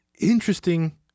interesting